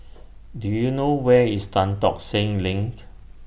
Do YOU know Where IS Tan Tock Seng LINK